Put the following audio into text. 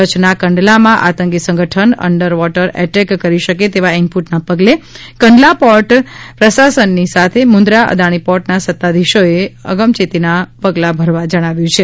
કચ્છના કંડલામાં આંતકી સંગઠન અંડર વોટર એટેક કરી શકે તેવા ઈનપુટના પગલે કંડલા પોર્ટ પ્રસાસનની સાથે મુંદરા અદાણી પોર્ટના સત્તાધીશોએ આગચેતીના પગલા ભરવા જણાવ્યુ છે